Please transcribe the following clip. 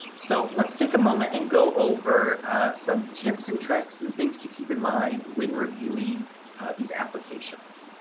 so let's take a moment and go over some tips and tricks and things to keep in mind when reviewing these applications.